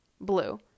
blue